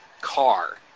car